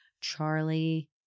Charlie